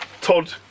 Todd